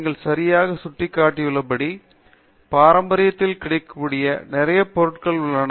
நீங்கள் சரியாக சுட்டிக்காட்டியுள்ளபடி பாரம்பரியத்தில் கிடைக்கக்கூடிய நிறைய பொருட்கள் உள்ளன